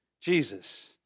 Jesus